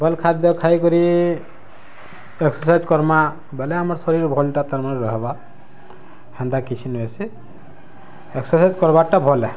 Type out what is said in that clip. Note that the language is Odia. ଭଲ ଖାଦ୍ୟ ଖାଇ କରି ଏକ୍ସରସାଇଜ୍ କର୍ମା ବୋଲେ ଆମ ଶରୀର୍ର ଭଲଟା ତମର ରହିବା ହେନ୍ତା କିଛି ନୁହେଁ ସି ଏକ୍ସରସାଇଜ୍ କର୍ବାଟା ଭଲେ